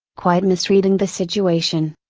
quite misreading the situation,